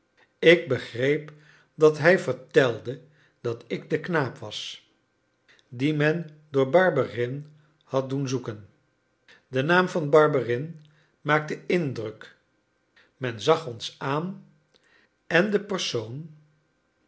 ik begreep dat hij vertelde dat ik de knaap was dien men door barberin had doen zoeken de naam van barberin maakte indruk men zag ons aan en de persoon